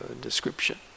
description